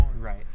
Right